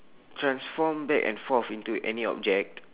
transform back and forth into any object